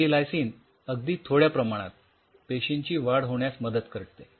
poly D lysine अगदी थोड्या प्रमाणात पेशींची वाढ होण्यास मदत करते